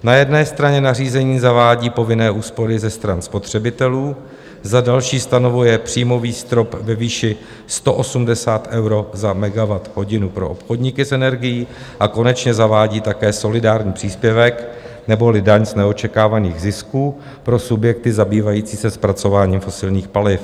Na jedné straně nařízení zavádí povinné úspory ze strany spotřebitelů, za další stanovuje příjmový strop ve výši 180 euro za megawatthodinu pro obchodníky s energií a konečně zavádí také solidární příspěvek neboli daň z neočekávaných zisků pro subjekty zabývající se zpracováním fosilních paliv.